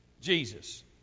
Jesus